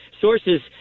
sources